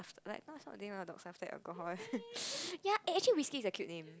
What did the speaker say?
like name dogs after alcohol ya eh actually whiskey is a cute name